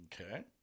Okay